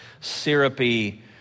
syrupy